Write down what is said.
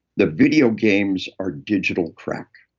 the video games are digital crack.